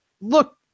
look